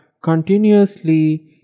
continuously